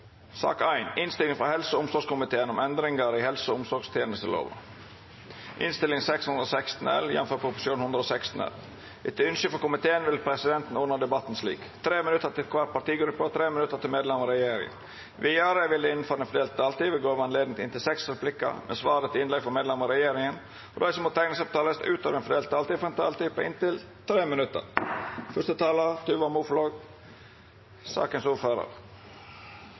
sak nr. 4. Etter ønske fra helse- og omsorgskomiteen vil presidenten ordne debatten slik: 3 minutter til hver partigruppe og 3 minutter til medlemmer av regjeringen. Videre vil det – innenfor den fordelte taletid – bli gitt anledning til inntil fire replikker med svar etter innlegg fra medlemmer av regjeringen, og de som måtte tegne seg på talerlisten utover den fordelte taletid, får en taletid på inntil 3 minutter.